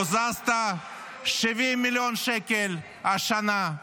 בזזת 70 מיליון שקלים השנה,